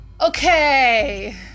Okay